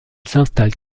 s’installe